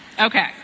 Okay